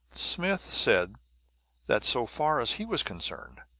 smith said that, so far as he was concerned,